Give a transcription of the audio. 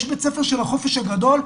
יש בית ספר של החופש הגדול,